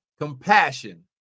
compassion